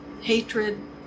hatred